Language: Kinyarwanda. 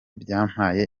byampaye